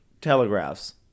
telegraphs